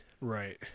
right